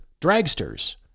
dragsters